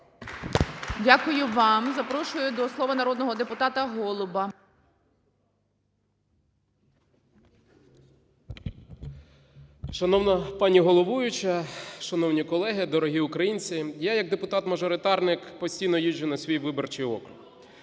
Дякую вам. Запрошую до слова народного депутата Голуба. 13:22:06 ГОЛУБ В.В. Шановна пані головуюча, шановні колеги, дорогі українці! Я як депутат-мажоритарник постійно їжджу на свій виборчий округ.